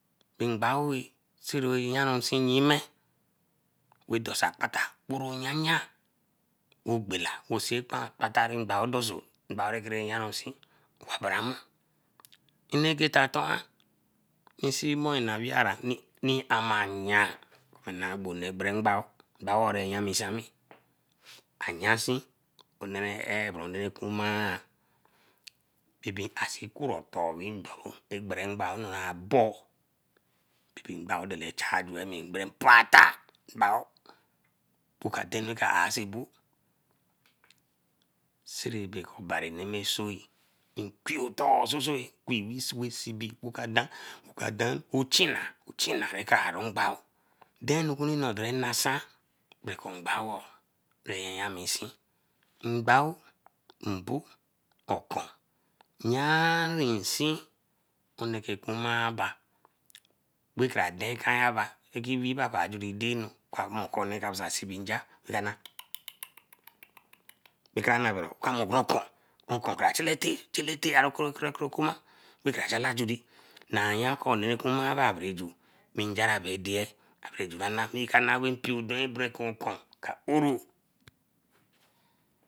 Ngbao eh siroyanronsi yime, wedosa kpa ta wereyanyan ogbela wey seen akpata rae ngbao doso, ngbao rakere yanrunsi obari amo. Nnegeta toran reinse more nne aweera rein amayan bae gbo nne gbere nbao that one ra yemisee ami ayansi onee ra eyeeh bro onee rai kuma ah babae asinkurotor wey ndoro, agbere ngbao ra bo bebe ngbao dala cha juwemi mpata ngbao bo oka dey anu raka asin bu sereke obari anemi sou, inqui otor sosoe, qui rabe sibi raka dan ochina ochina raka aru ngbao, dein nnukino dein nasa bekor ngbao oo bera yanminsi. Ngbao, mbo, okun yarin sin okune ka sibi nja ton ton ton ton" kra noo bodo, oka mor okunri okun ba chalete chalete ra kra chala juree nayan kunee kamaai aba aberaju, nja barebe deye ra bere juaran, we mpio okun ka oroo.